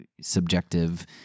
subjective